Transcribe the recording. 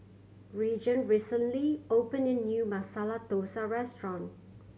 Regan recently opened a new Masala Dosa Restaurant